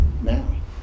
now